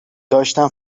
داشتم